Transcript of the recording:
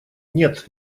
нет